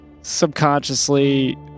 subconsciously